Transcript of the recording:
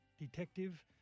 detective